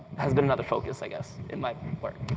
has been another focus, i guess, in my work.